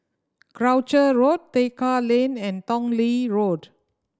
Croucher Road Tekka Lane and Tong Lee Road